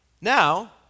Now